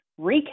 recap